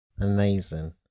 amazing